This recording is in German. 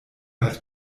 hat